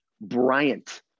Bryant